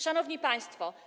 Szanowni Państwo!